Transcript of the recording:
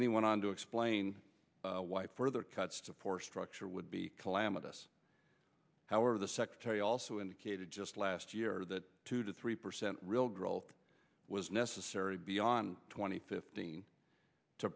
then he went on to explain why further cuts to force structure would be calamitous however the secretary also indicated just last year that two to three percent real growth was necessary beyond twenty fifteen to